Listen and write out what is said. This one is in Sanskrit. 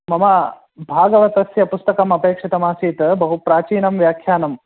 मम भागवतस्य पुस्तकम् अपेक्षितमासीत् बहु प्राचीनं व्याख्यानम्